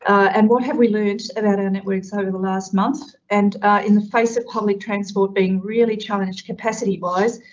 and what have we learned about our networks over the last month and in the face of public transport being really challenged capacity wise,